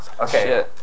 Okay